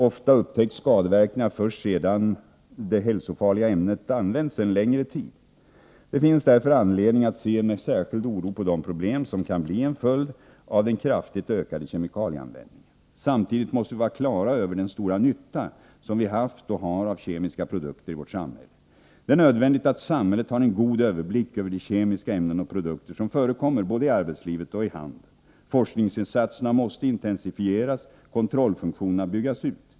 Ofta upptäcks skadeverkningarna först sedan det hälsofarliga ämnet använts en längre tid. Det finns därför anledning att se med särskild oro på de problem som kan bli en följd av den kraftigt ökade kemikalieanvändningen. Samtidigt måste vi vara på det klara med den stora nytta som vi haft och har av kemiska produkter i vårt samhälle. Det är nödvändigt att samhället har en god överblick över de kemiska ämnen och produkter som förekommer i arbetslivet och i handeln. Forskningsinsatserna måste intensifieras och kontrollfunktionerna byggas ut.